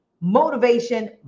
motivation